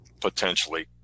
potentially